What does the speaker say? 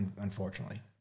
Unfortunately